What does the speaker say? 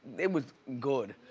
it was good.